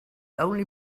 only